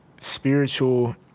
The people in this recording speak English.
spiritual